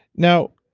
now,